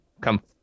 come